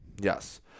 Yes